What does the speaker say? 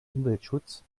umweltschutz